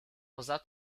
poza